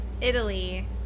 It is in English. italy